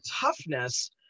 toughness